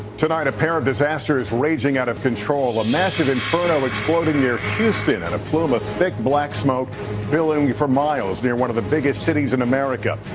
tonight a pair of disasters raging out of control. a massive inferno exploding near houston and a plume of ah thick black smoke billowing for miles near one of the biggest cities in america.